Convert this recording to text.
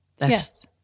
yes